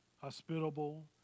hospitable